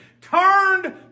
turned